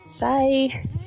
bye